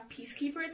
peacekeepers